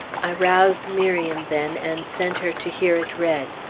i roused miriam then and sent her to hear it read.